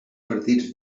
partits